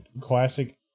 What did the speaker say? classic